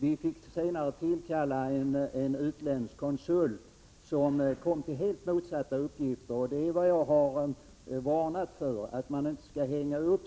Vi fick senare tillkalla en utländsk konsult, som kom fram till helt motsatta resultat. Jag har varnat för att man hänger upp